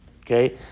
Okay